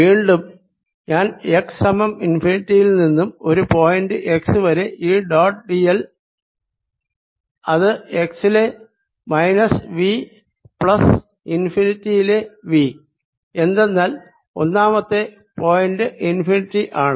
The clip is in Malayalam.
വീണ്ടും ഞാൻ x സമം ഇൻഫിനിറ്റിയിൽ നിന്നും ഒരു പോയിന്റ് x വരെ E ഡോട്ട് d l അത് എക്സിലെ മൈനസ് V പ്ലസ് ഇൻഫിനിറ്റിയിലെ V എന്തെന്നാൽ ഒന്നാമത്തെ പോയിന്റ് ഇൻഫിനിറ്റി ആണ്